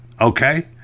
Okay